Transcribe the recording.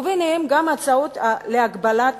וביניהן גם הצעות להגבלת